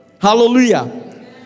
Hallelujah